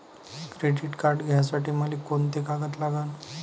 Credit card घ्यासाठी मले कोंते कागद लागन?